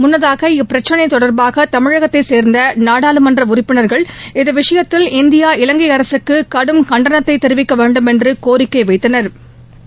முன்னதாக இப்பிரச்சினை தொடர்பாக தமிழகத்தைச் சேர்ந்த நாடாளுமன்ற உறுப்பினர்கள் இது விஷயத்தில் இந்தியா இலங்கை அரசுக்கு கடும் கண்டனத்தை தெரிவிக்க வேண்டுமென்று கோரிக்கை வைத்தனா்